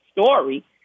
story